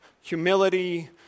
humility